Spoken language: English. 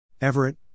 Everett